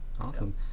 Awesome